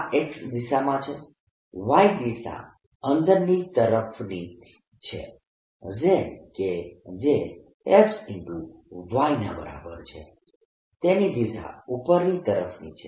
આ X દિશામાં છે Y દિશા અંદરની તરફની છે Z કે જે XY ના બરાબર છે તેની દિશા ઉપરની તરફની છે